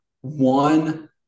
one